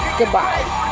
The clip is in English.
Goodbye